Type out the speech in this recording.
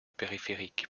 périphérique